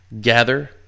gather